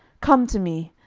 come to me!